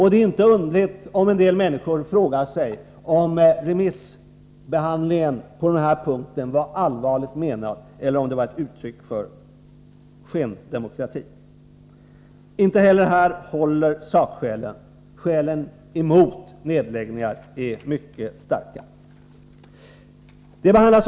Det är inte underligt om en del människor frågar sig om remissbehandlingen på den här punkten var allvarligt menad eller om den var ett uttryck för skendemokrati. Inte heller i den här frågan håller sakskälen. Skälen emot nedläggningar är mycket starka.